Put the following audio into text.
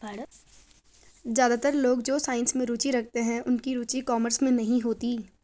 ज्यादातर लोग जो साइंस में रुचि रखते हैं उनकी रुचि कॉमर्स में नहीं होती